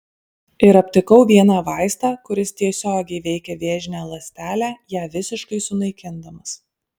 ir aptikau vieną vaistą kuris tiesiogiai veikia vėžinę ląstelę ją visiškai sunaikindamas